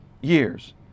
years